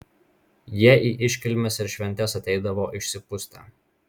jie į iškilmes ir šventes ateidavo išsipustę